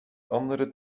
andere